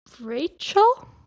Rachel